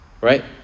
Right